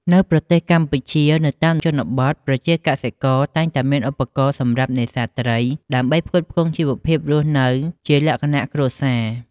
នៅប្រទេសកម្ពុជានៅតាមជនបទប្រជាកសិករតែងតែមានឧបករណ៍សម្រាប់នេសាទត្រីដើម្បីផ្គត់ផ្គង់ជីវភាពរស់នៅជាលក្ខណៈគ្រួសារ